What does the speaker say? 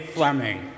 Fleming